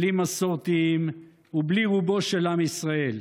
בלי מסורתיים ובלי רובו של עם ישראל.